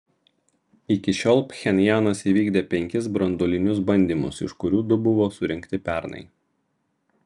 iki šiol pchenjanas įvykdė penkis branduolinius bandymus iš kurių du buvo surengti pernai